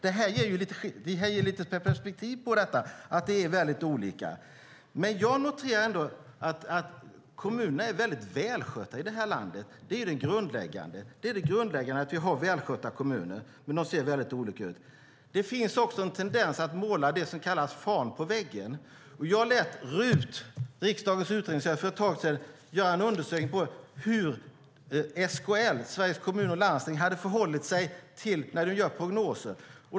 Det här ger lite perspektiv på att det är olika i olika kommuner. Jag noterar ändå att kommunerna är välskötta i det här landet. Det är det grundläggande att vi har välskötta kommuner. Men de ser väldigt olika ut. Det finns också en tendens att måla fan på väggen. Jag lät riksdagens utredningstjänst för ett tag sedan göra en undersökning av hur SKL, Sveriges Kommuner och Landsting, hade förhållit sig i sina prognoser.